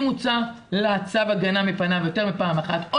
אם הוצא לה צו הגנה מפניו יותר מפעם אחת או